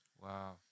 Wow